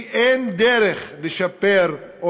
כי אין דרך לשפר,